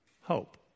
hope